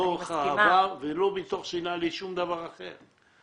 מתוך אהבה ולא מתוך שנאה לשום דבר אחר.